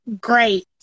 great